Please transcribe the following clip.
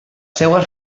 seues